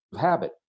habit